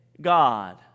God